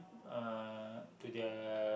uh to their